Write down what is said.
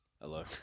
Hello